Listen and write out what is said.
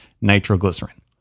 nitroglycerin